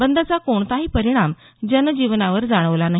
बंदचा कोणताही परिणाम जनजीवनावर जाणवला नाही